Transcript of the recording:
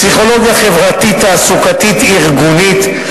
פסיכולוגיה חברתית-תעסוקתית-ארגונית,